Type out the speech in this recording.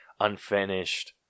unfinished